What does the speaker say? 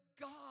God